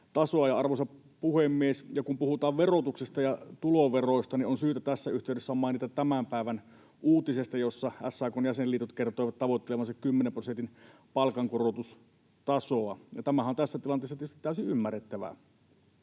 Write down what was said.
Arvoisa puhemies! Kun puhutaan verotuksesta ja tuloveroista, niin on syytä tässä yhteydessä mainita tämän päivän uutisesta, jossa SAK:n jäsenliitot kertoivat tavoittelevansa kymmenen prosentin palkankorotustasoa. Tämähän on tässä tilanteessa tietysti täysin ymmärrettävää,